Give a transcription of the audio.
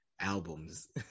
albums